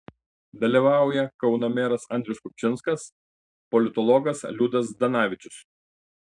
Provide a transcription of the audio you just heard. dalyvauja kauno meras andrius kupčinskas politologas liudas zdanavičius